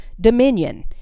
dominion